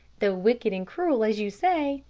though wicked and cruel, as you say,